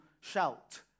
shout